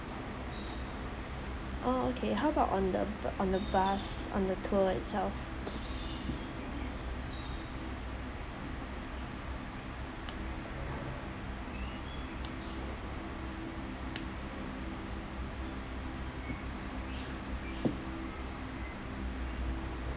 oh okay how about on the b~ on the bus on the tour itself